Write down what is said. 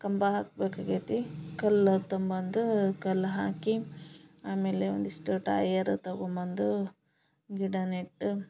ಕಂಬ ಹಾಕ್ಬೇಕು ಆಗೈತಿ ಕಲ್ಲ ತಗೊಂಬಂದು ಕಲ್ಲು ಹಾಕಿ ಆಮೇಲೆ ಒಂದಿಷ್ಟು ಟಯರ್ ತಗೊಂಬಂದು ಗಿಡ ನೆಟ್ಟ